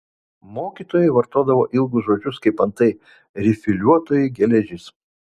mokytojai vartodavo ilgus žodžius kaip antai rifliuotoji geležis